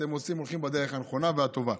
אתם הולכים בדרך הנכונה והטובה.